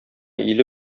иле